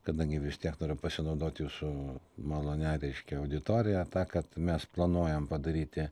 kadangi vis tiek noriu pasinaudot jūsų malonia reiškia auditorija ta kad mes planuojam padaryti